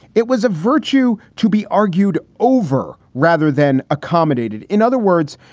it was a virtue to be argued over rather than accommodated. in other words,